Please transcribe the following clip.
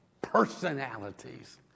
personalities